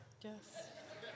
Yes